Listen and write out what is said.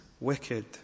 wicked